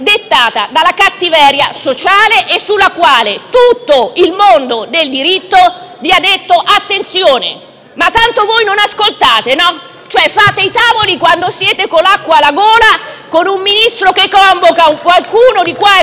dettata dalla cattiveria sociale e alla quale tutto il mondo del diritto vi ha avvertito di prestare attenzione. Ma tanto voi non ascoltate: fate i tavoli quando siete con l'acqua alla gola, con un Ministro che convoca qualcuno di qua e